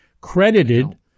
Credited